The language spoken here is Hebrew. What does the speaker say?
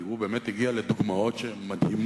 כי הוא באמת הגיע לדוגמאות מדהימות.